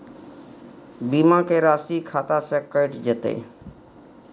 बीमा के राशि खाता से कैट जेतै?